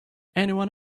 anyone